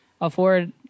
afford